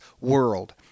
world